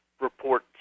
report